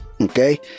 okay